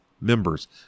members